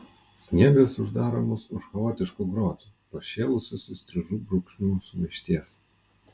sniegas uždaro mus už chaotiškų grotų pašėlusios įstrižų brūkšnių sumaišties